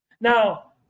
Now